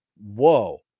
Whoa